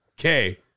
Okay